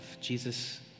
Jesus